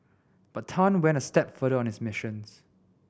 but Tan went a step further on his missions